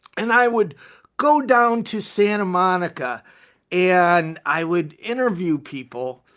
and i would go down to santa monica and i would interview people.